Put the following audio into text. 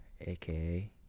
aka